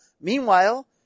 Meanwhile